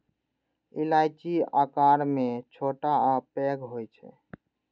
इलायची आकार मे छोट आ पैघ होइ छै